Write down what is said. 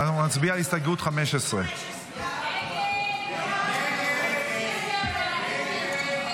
נצביע על הסתייגות 15. הסתייגות 15 לא נתקבלה.